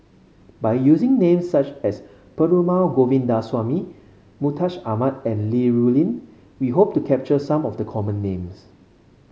by using names such as Perumal Govindaswamy Mustaq Ahmad and Li Rulin we hope to capture some of the common names